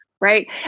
Right